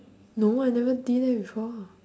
no I never did that before